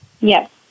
Yes